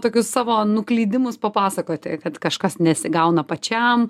tokius savo nuklydimus papasakoti kad kažkas nesigauna pačiam